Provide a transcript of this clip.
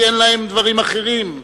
כי אין להם דברים אחרים.